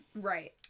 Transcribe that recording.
Right